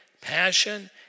passion